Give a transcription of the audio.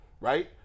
right